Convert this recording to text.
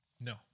No